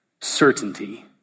Certainty